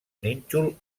nínxol